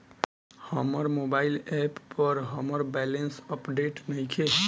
हमर mobile app पर हमर बैलेंस अपडेट नइखे